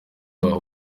bahawe